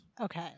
Okay